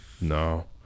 no